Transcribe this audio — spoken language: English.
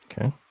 Okay